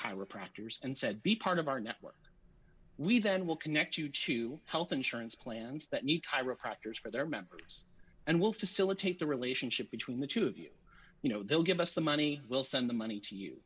chiropractors and said be part of our network we then will connect you to health insurance plans that need chiropractors for their members and will facilitate the relationship between the two of you you know they'll give us the money we'll send the money to you